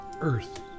earth